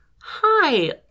hi